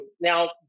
now